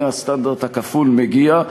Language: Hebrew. הנה הסטנדרט הכפול מגיע.